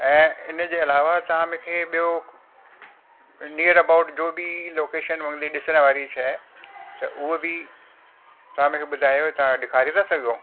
ऐं इनजे अलावा तव्हां मूंखे ॿियों निअर अबाउट जो बि लोकेशन हूंदी ॾिसणु वारी शइ त उहो बि तव्हां मूंखे ॿुधायो तव्हां ॾेखारे था सघो